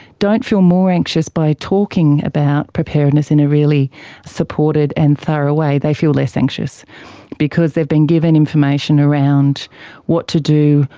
don't feel more anxious by talking about preparedness in a really supported and thorough way, they feel less anxious because they've been given information around what to do,